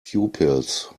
pupils